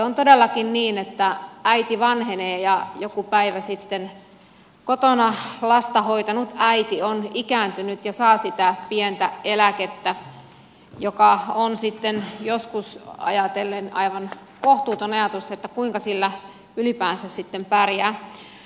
on todellakin niin että äiti vanhenee ja joku päivä sitten kotona lasta hoitanut äiti on ikääntynyt ja saa sitä pientä eläkettä joka sitten joskus on aivan kohtuuttoman pieni ja kuinka sillä ylipäänsä sitten pärjää